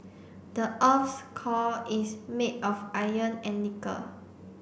the earth's core is made of iron and nickel